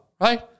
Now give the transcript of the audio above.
right